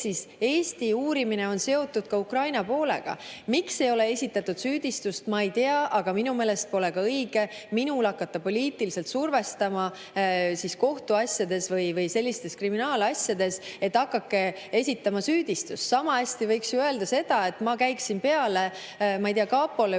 siis Eesti uurimine on seotud ka Ukraina poolega. Ma ei tea, miks ei ole esitatud süüdistust, aga minu meelest pole õige minul hakata poliitiliselt survestama kohtuasjades või sellistes kriminaalasjades, et hakake esitama süüdistust. Samahästi võiks ju öelda seda, et ma käiksin peale, ma ei tea, kapole või